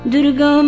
Durga